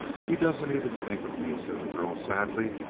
he doesn't even think of me, said the girl sadly.